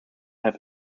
have